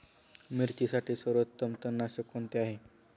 मिरचीसाठी सर्वोत्तम तणनाशक कोणते आहे?